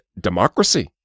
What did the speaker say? democracy